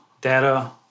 data